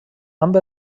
amb